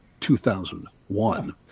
2001